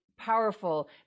Powerful